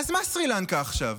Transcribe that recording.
אז מה סרי לנקה עכשיו?